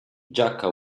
jaka